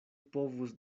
povus